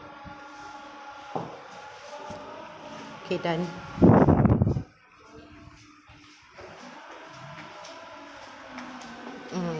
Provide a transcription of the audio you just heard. okay done mm